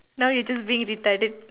now you're just being retarded